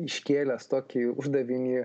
iškėlęs tokį uždavinį